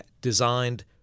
designed